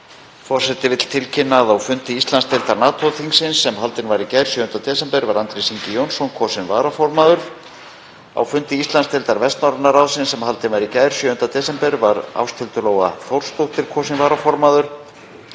Forseti vill tilkynna að á fundi Íslandsdeildar NATO-þingsins sem haldinn var í gær, 7. desember, var Andrés Ingi Jónsson kosinn varaformaður. Á fundi Íslandsdeildar Vestnorræna ráðsins sem haldinn var í gær, 7. desember, var Ásthildur Lóa Þórsdóttir kosin varaformaður.